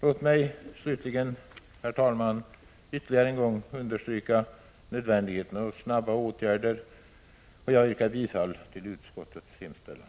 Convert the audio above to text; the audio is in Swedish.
Låt mig slutligen, herr talman, ytterligare en gång understryka nödvändigheten av snabba åtgärder. Jag yrkar bifall till utskottets hemställan.